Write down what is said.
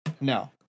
No